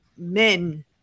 men